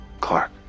Clark